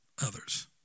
others